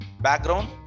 background